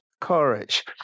courage